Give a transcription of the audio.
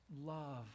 love